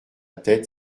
tête